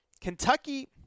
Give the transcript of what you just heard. Kentucky